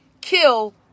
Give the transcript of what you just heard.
kill